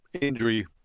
injury